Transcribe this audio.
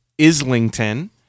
Islington